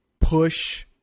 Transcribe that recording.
push